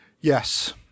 Yes